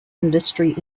industry